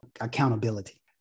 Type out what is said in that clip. accountability